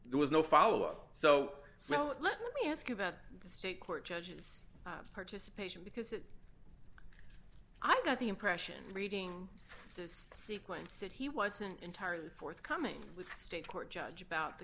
there was no follow up so let me ask you about the state court judge's participation because it i got the impression reading this sequence that he wasn't entirely forthcoming with state court judge about t